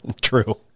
true